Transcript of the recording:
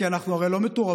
כי אנחנו הרי לא מטורפים,